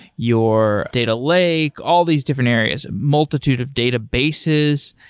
your data lake, all these different areas, multitude of databases.